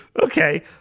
Okay